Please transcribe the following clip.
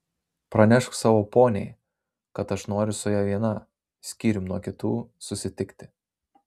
pranešk savo poniai kad aš noriu su ja viena skyrium nuo kitų susitikti